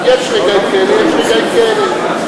יש רגעים כאלה, יש רגעים כאלה.